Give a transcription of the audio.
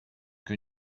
que